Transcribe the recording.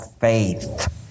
faith